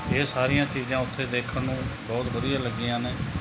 ਇਹ ਸਾਰੀਆਂ ਚੀਜ਼ਾਂ ਉੱਥੇ ਦੇਖਣ ਨੂੰ ਬਹੁਤ ਵਧੀਆ ਲੱਗੀਆਂ ਨੇ